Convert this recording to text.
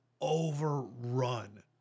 overrun